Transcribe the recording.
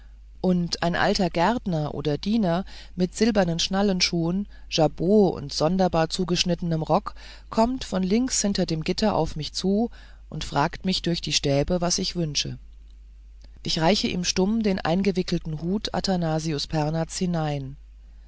und ein alter gärtner oder diener mit silbernen schnallenschuhen jabot und sonderbar zugeschnittenem rock kommt von links hinter dem gitter auf mich zu und fragt mich durch die stäbe was ich wünsche ich reiche ihm stumm den eingewickelten hut athanasius pernaths hinein